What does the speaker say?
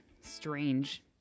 strange